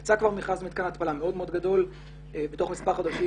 יצא כבר מכרז למתקן התפלה מאוד מאוד גדול ובתוך מספר חודשים